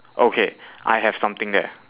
okay I have something there